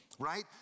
Right